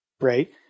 Right